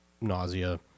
nausea